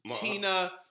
Tina